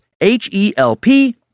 H-E-L-P